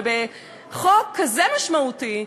ובחוק כזה משמעותי,